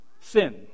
Sin